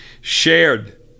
shared